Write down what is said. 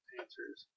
answers